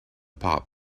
pop